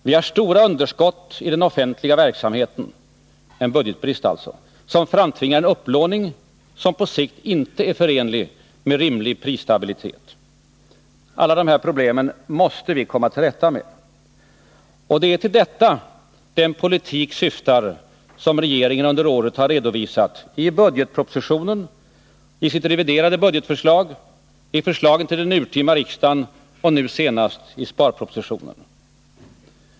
Vi har stora underskott i den offentliga verksamheten — en budgetbrist alltså — som framtvingar en upplåning som på sikt inte är förenlig med en rimlig prisstabilitet. Alla dessa problem måste vi komma till rätta med. Och det är till detta den politik syftar som regeringen under året har redovisat i budgetpropositionen och sitt reviderade budgetförslag, i förslagen till den urtima riksdagen och nu senast i sparpropositionen.